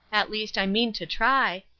at least, i mean to try.